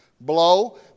blow